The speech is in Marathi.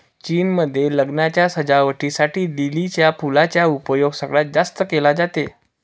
चीन मध्ये लग्नाच्या सजावटी साठी लिलीच्या फुलांचा उपयोग सगळ्यात जास्त केला जातो